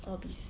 Orbis